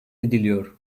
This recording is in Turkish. ediliyor